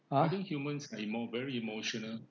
!huh!